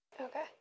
Okay